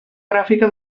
gràfica